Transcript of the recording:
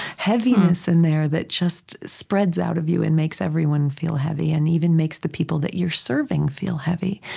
heaviness in there that just spreads out of you and makes everyone feel heavy, and even makes the people that you're serving feel heavy,